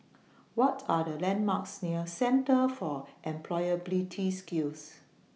What Are The landmarks near Centre For Employability Skills